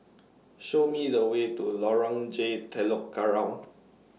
Show Me The Way to Lorong J Telok Kurau